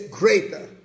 greater